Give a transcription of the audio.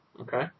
Okay